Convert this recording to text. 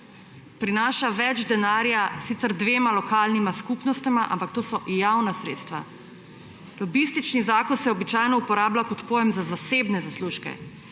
Prinaša več denarja sicer dvema lokalnima skupnostma, ampak to so javna sredstva. Lobistični zakon se običajno uporablja kot pojem za zasebne zaslužke.